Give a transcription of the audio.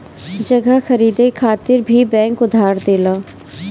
जगह खरीदे खातिर भी बैंक उधार देला